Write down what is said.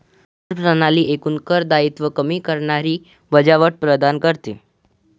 आयकर प्रणाली एकूण कर दायित्व कमी करणारी वजावट प्रदान करते